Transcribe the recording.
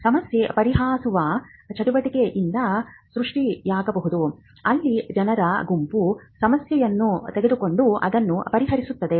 ಸಮಸ್ಯೆ ಪರಿಹರಿಸುವ ಚಟುವಟಿಕೆಯಿಂದ ಸೃಷ್ಟಿಯಾಗಬಹುದು ಅಲ್ಲಿ ಜನರ ಗುಂಪು ಸಮಸ್ಯೆಯನ್ನು ತೆಗೆದುಕೊಂಡು ಅದನ್ನು ಪರಿಹರಿಸುತ್ತದೆ